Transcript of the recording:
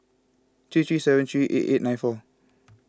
three three seven three eight eight nine four